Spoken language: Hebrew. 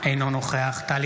אינו נוכח טלי